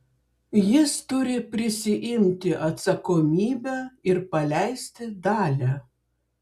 jis turi prisiimti atsakomybę ir paleisti dalią